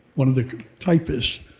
one of the typists,